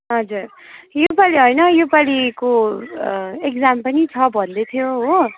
हजुर यो पालि होइन यो पालिको एक्जाम पनि छ भन्दै थियो हो